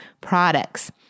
products